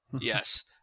Yes